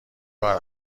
کار